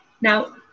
Now